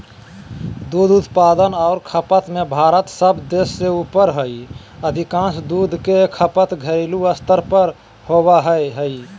दूध उत्पादन आर खपत में भारत सब देश से ऊपर हई अधिकांश दूध के खपत घरेलू स्तर पर होवई हई